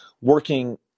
working